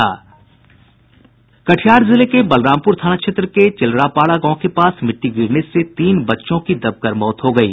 कटिहार जिले के बलरामपुर थाना क्षेत्र के चिलरापाड़ा गांव के पास मिट्टी गिरने से तीन बच्चों की दबकर मौत हो गयी